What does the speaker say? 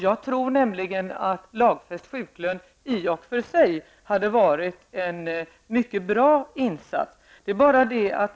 Jag tror nämligen att en lagfäst sjuklön i och för sig hade varit en mycket bra insats.